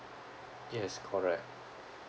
yes correct